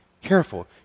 careful